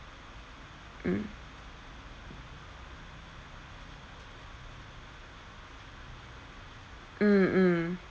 mm mm mm